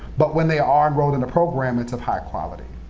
but when they are enrolled in the program, it's of high quality.